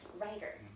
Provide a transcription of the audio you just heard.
writer